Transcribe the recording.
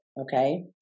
Okay